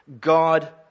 God